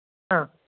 ആ